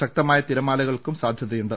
ശക്തമായ തിരമാലകൾക്കും സാധ്യത യുണ്ട്